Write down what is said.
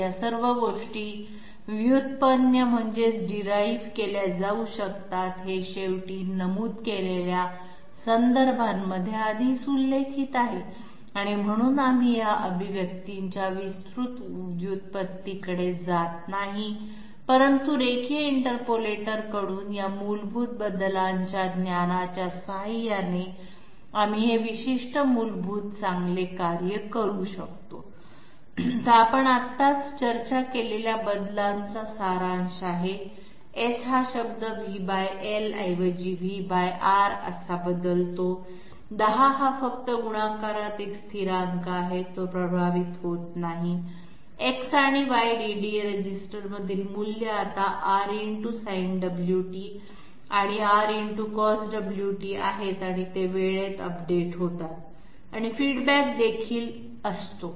या सर्व गोष्टी व्युत्पन्न केल्या जाऊ शकतात हे शेवटी नमूद केलेल्या संदर्भामध्ये आधीच उल्लेखित आहे म्हणून आपण या अभिव्यक्तींच्या विस्तृत व्युत्पत्तीकडे जात नाही परंतु रेखीय इंटरपोलेटर कडून या मूलभूत बदलांच्या ज्ञानाच्या सहाय्याने आपण हे विशिष्ट मूलभूत चांगले कार्य करू शकतो